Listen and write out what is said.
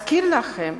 אזכיר לכם